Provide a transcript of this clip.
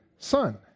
Son